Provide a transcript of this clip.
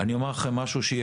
אני אומר לכם שאני